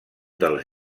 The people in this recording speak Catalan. dels